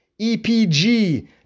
EPG